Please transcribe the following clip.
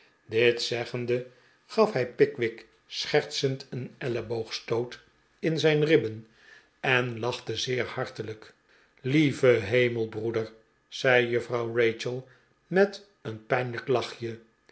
dit zeggende gaf hij pickwick schertsend een elleboogstoot in zijn ribben en lachte zeer hartelijk lieve hemel broeder zei juffrouw rachel met een piinlijk lachje